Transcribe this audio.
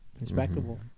respectable